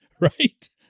right